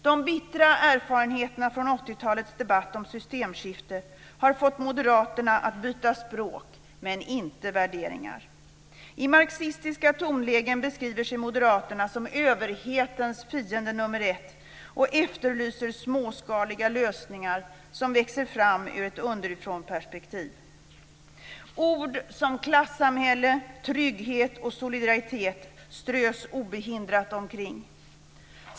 De bittra erfarenheterna från 80 talets debatt om systemskifte har fått Moderaterna att byta språk, men inte värderingar. I marxistiska tonlägen beskriver sig Moderaterna som överhetens fiende nummer ett och efterlyser småskaliga lösningar som växer fram ur ett underifrånperspektiv. Ord som klassamhälle, trygghet och solidaritet strös obehindrat omkring.